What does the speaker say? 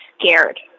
scared